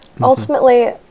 ultimately